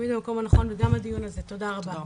וגם הדיון הזה, תודה רבה.